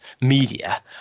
media